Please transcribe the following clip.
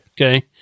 Okay